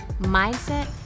mindset